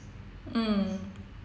mm